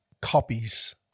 copies